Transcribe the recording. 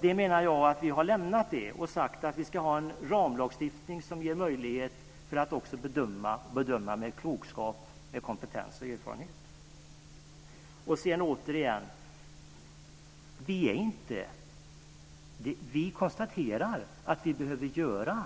Jag menar att vi har lämnat det och sagt att vi ska ha en ramlagstiftning som ger möjlighet att bedöma med klokskap, kompetens och erfarenhet. Återigen konstaterar vi att vi behöver göra